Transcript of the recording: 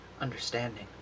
understanding